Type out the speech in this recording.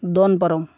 ᱫᱚᱱ ᱯᱟᱨᱚᱢ